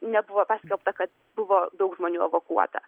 nebuvo paskelbta kad buvo daug žmonių evakuota